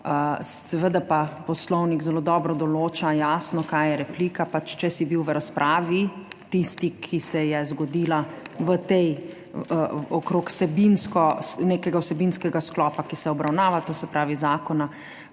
Seveda pa poslovnik zelo dobro določa, jasno, kaj je replika. Če si bil v razpravi, tisti, ki se je zgodila okrog nekega vsebinskega sklopa, ki se obravnava, to se pravi zakona,